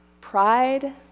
Pride